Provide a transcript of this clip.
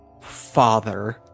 father